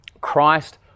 Christ